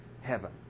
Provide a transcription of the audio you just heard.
heaven